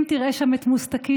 אם תראה שם את מוסטקי,